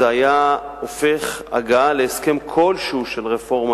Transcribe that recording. זה היה הופך הגעה להסכם כלשהו של רפורמה